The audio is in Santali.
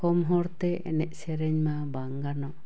ᱠᱚᱢ ᱦᱚᱲ ᱛᱮ ᱮᱱᱮᱡ ᱥᱮᱨᱮᱧ ᱢᱟ ᱵᱟᱝ ᱜᱟᱱᱚᱜ